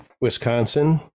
wisconsin